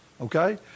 Okay